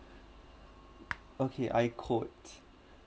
okay I quote